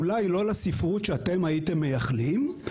אולי לא לספרות שאתם הייתם מייחלים,